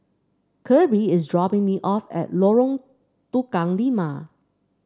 Kirby is dropping me off at Lorong Tukang Lima